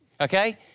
okay